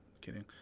Kidding